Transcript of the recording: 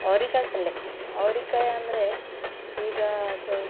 ಅವ್ರೆಕಾಯ್ ಪಲ್ಯ ಅವ್ರೆಕಾಯ್ ಅಂದರೆ ಈಗ ಅದು